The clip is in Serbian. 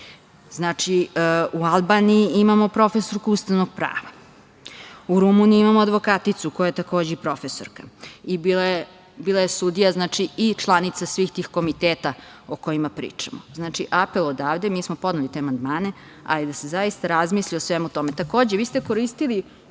Znači, u Albaniji imamo profesoru ustavnog prava. U Rumuniji imamo advokaticu koja je takođe i profesorka, a bila je i sudija i članica svih tih komiteta o kojima pričamo. Znači, apel odavde, mi smo podneli te amandmane, ali da se zaista razmisli o svemu